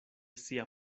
sia